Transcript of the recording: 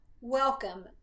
Welcome